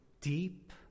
deep